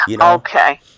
Okay